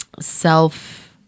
self